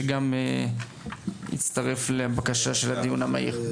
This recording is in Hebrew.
שגם הצטרף לבקשה של הדיון המהיר,